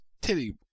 titty